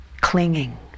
clinging